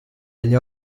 agli